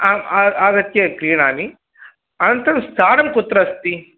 आम् आ आगत्य क्रीणामि अनन्तरं स्थानं कुत्र अस्ति